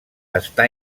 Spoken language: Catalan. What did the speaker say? està